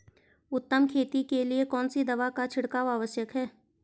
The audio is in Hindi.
उत्तम खेती के लिए कौन सी दवा का छिड़काव आवश्यक है?